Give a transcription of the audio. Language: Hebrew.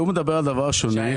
הוא מדבר על דבר שונה.